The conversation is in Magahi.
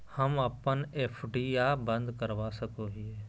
हम अप्पन एफ.डी आ बंद करवा सको हियै